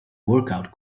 workout